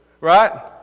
Right